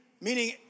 meaning